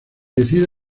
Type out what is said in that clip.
decide